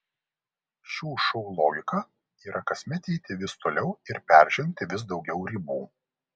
šių šou logika yra kasmet eiti vis toliau ir peržengti vis daugiau ribų